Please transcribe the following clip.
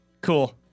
Cool